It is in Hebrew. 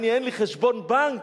אין לי חשבון בנק,